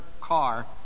car